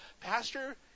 Pastor